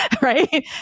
Right